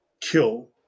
kill